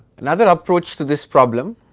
another approach to this problem,